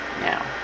now